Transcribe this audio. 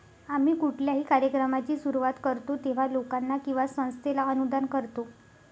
आम्ही कुठल्याही कार्यक्रमाची सुरुवात करतो तेव्हा, लोकांना किंवा संस्थेला अनुदान करतो